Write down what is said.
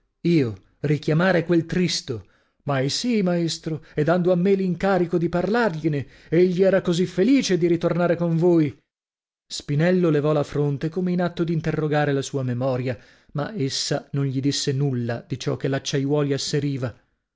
io richiamare quel tristo maisì maestro e dando a me l'incarico di parlargliene egli era così felice di ritornare con voi spinello levò la fronte come in atto d'interrogare la sua memoria ma essa non gli disse nulla di ciò che l'acciaiuoli asseriva